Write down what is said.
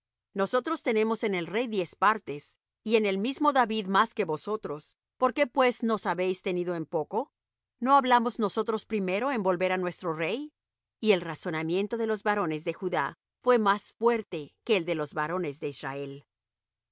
nosotros tenemos en el rey diez partes y en el mismo david más que vosotros por qué pues nos habéis tenido en poco no hablamos nosotros primero en volver á nuestro rey y el razonamiento de los varones de judá fué más fuerte que el de los varones de israel y